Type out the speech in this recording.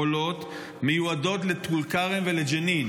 עולות ומיועדות לטול כרם ולג'נין,